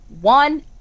One